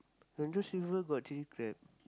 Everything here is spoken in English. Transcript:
Long-Joh-Silver got chilli crab